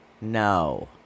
no